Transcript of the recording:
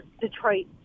Detroit